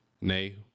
Nay